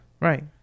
Right